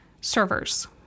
servers